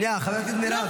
שנייה, חברת הכנסת מירב,